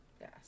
Yes